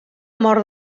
mort